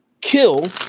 kill